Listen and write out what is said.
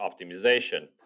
optimization